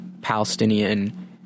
Palestinian